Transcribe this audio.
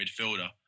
midfielder